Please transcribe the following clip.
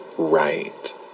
Right